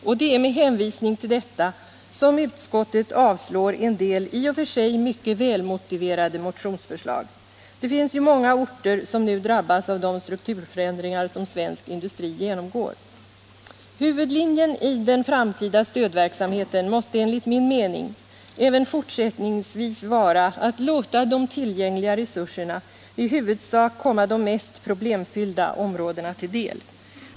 Och det är med hänvisning till detta som utskottet avstyrker en del i och för sig mycket välmotiverade motionsförslag. Det finns ju många orter som nu drabbas av de strukturförändringar som svensk industri genomgår. Huvudlinjen i den framtida stödverksamheten måste enligt min mening även fortsättningsvis vara att låta de tillgängliga resurserna i huvudsak komma de mest problemfyllda områdena till del.